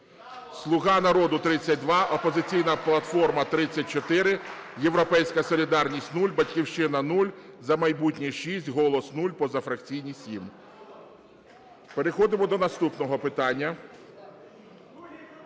"Слуга народу" – 32, "Опозиційна платформа" – 34, "Європейська солідарність" – 0, "Батьківщина" – 0, "За майбутнє" – 6, "Голос" – 0, позафракційні – 7. Переходимо до наступного питання.